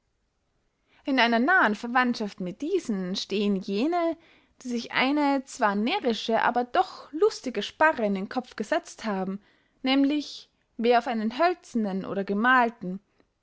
in einer nahen verwandschaft mit diesen stehen jene die sich eine zwar närrische aber doch lustige sparre in den kopf gesetzt haben nämlich wer auf einen hölzernen oder gemahlten